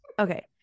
Okay